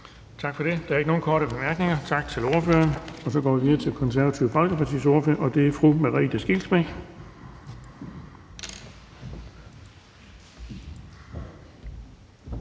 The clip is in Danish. Bonnesen): Der er ikke nogen korte bemærkninger. Tak til ordføreren. Så går vi videre til Det Konservative Folkepartis ordfører, og det er fru Merete Scheelsbeck.